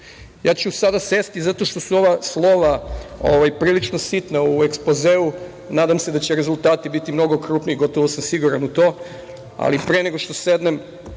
ću sada sesti zato što su ova slova prilično sitna u ekspozeu, nadam se da će rezultati biti mnogo krupniji. Gotovo sam siguran u to, ali pre nego što sednem,